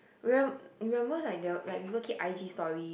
remem~ remember like the like people keep I_G story